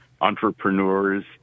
entrepreneurs